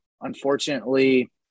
unfortunately